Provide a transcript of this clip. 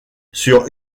sur